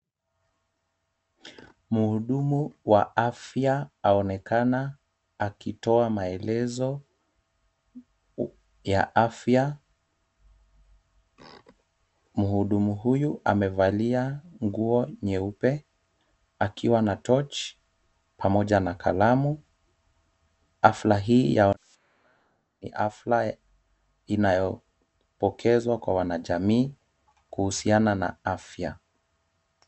Mhudumu wa afya aonekana akitoa maelezo ya afya. Mhudumu huyu amevalia nguo nyeupe akiwa na torch pamoja na kalamu. Hafla hii ni hafla inayopokezwa kwa wanajamii kuhusiana na afya.